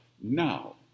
now